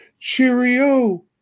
Cheerio